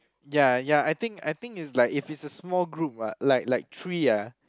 ya ya I think I think is like if it's a small group ah like like three ah